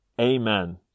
amen